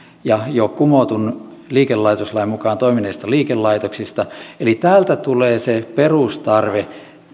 ja jo kumotun liikelaitoslain mukaan toimineista liikelaitoksista eli täältä tulee se perustarve